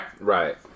right